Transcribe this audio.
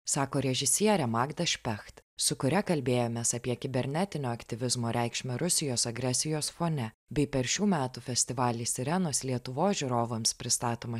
sako režisierė magda špecht su kuria kalbėjomės apie kibernetinio aktyvizmo reikšmę rusijos agresijos fone bei per šių metų festivalį sirenos lietuvos žiūrovams pristatomą